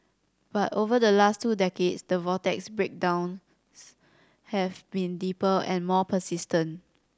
but over the last two decades the vortex's breakdowns have been deeper and more persistent